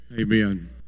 Amen